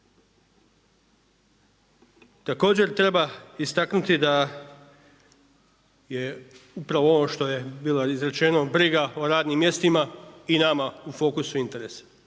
Također treba istaknuti da je upravo ovo što je bilo izrečeno briga o radnim mjestima i nama u fokusu interesa